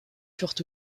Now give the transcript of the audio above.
furent